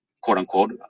quote-unquote